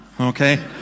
okay